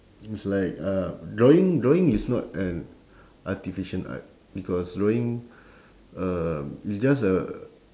it's like uh drawing drawing is not an artificial art because drawing um it's just a